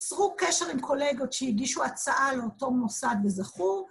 יצרו קשר עם קולגות שהגישו הצעה לאותו מוסד וזכו.